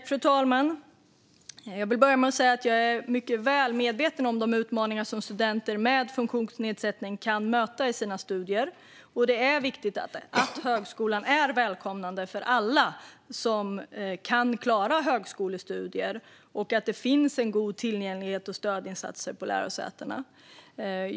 Fru talman! Jag vill börja med att säga att jag är mycket väl medveten om de utmaningar som studenter med funktionsnedsättning kan möta i sina studier. Det är viktigt att högskolan är välkomnande för alla som kan klara högskolestudier och att det finns en god tillgänglighet och stödinsatser på lärosätena.